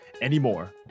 anymore